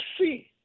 see